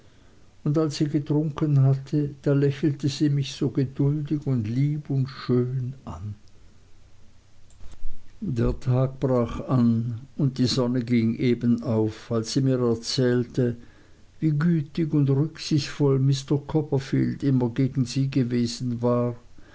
und als sie getrunken hatte da lächelte sie mich so geduldig und lieb und schön an der tag brach an und die sonne ging eben auf als sie mir erzählte wie gütig und rücksichtsvoll mr copperfield immer gegen sie gewesen war